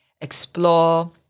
explore